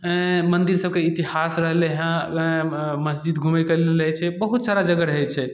मन्दिर सबके इतिहास रहलै हँ मसजिद घुमैके लेल होइ छै बहुत सारा जगह रहै छै